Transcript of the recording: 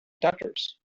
tatters